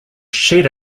shed